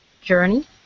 journey